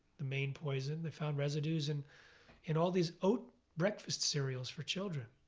the main poison. they found residues and in all these oat breakfast cereals for children.